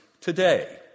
today